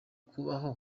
kubaho